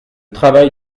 travail